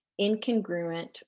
incongruent